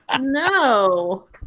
No